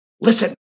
Listen